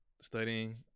Studying